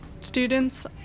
students